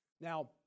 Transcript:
Now